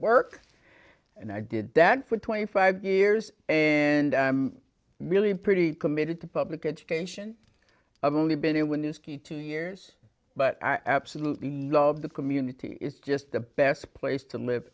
work and i did that for twenty five years and i'm really pretty committed to public education i've only been in new skete two years but i absolutely love the community it's just the best place to live